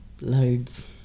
loads